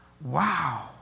wow